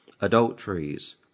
Adulteries